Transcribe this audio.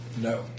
No